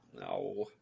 No